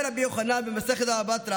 אומר רבי יוחנן במסכת בבא בתרא